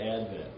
advent